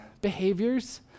behaviors